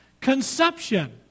conception